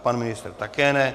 Pan ministr také ne.